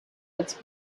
its